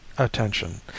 attention